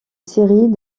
série